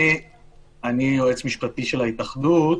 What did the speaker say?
אני יועץ משפטי של ההתאחדות.